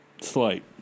Slight